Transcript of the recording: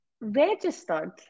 registered